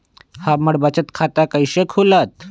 हमर बचत खाता कैसे खुलत?